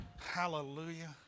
Hallelujah